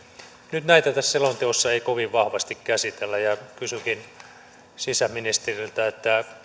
nyt näitä tässä selonteossa ei kovin vahvasti käsitellä ja kysynkin sisäministeriltä